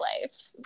life